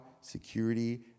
security